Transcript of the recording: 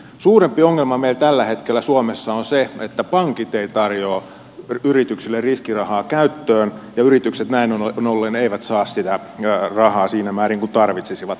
suurempi ongelma meillä tällä hetkellä suomessa on se että pankit eivät tarjoa yrityksille riskirahaa käyttöön ja yritykset näin ollen eivät saa sitä rahaa siinä määrin kuin tarvitsisivat